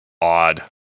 odd